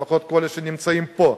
לפחות כל אלה שנמצאים פה,